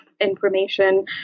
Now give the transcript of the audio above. information